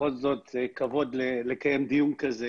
בכל זאת כבוד לקיים דיון כזה